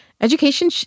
education